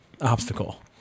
obstacle